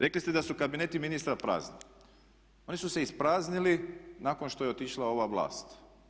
Rekli ste da su kabineti ministara prazni, oni su se ispraznili nakon što je otišla ova vlast.